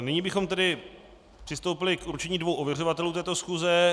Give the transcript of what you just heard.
Nyní bychom tedy přistoupili k určení dvou ověřovatelů této schůze.